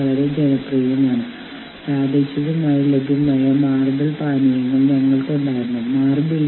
അതിനാൽ ആ യൂണിയനിലെ ഭാരവാഹികളാകാൻ സാധ്യതയുള്ള ആളുകളുടെ യോഗ്യത യൂണിയൻ അംഗങ്ങൾ നിർണ്ണയിക്കേണ്ടതുണ്ട്